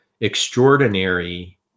extraordinary